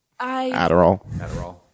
Adderall